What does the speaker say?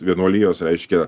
vienuolijos reiškia